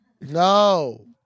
No